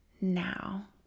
now